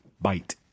Bite